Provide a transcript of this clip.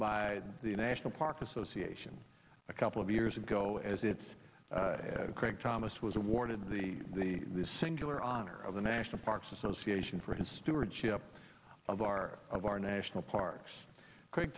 by the national park association a couple of years ago as it's craig thomas was awarded the singular honor of the national parks association for his stewardship of our of our national parks craig